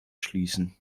schließen